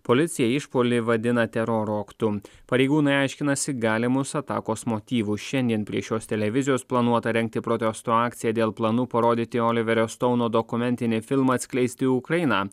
policija išpuolį vadina teroro aktu pareigūnai aiškinasi galimus atakos motyvus šiandien prie šios televizijos planuota rengti protesto akciją dėl planų parodyti oliverio stouno dokumentinį filmą atskleisti ukrainą